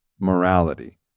morality